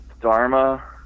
Dharma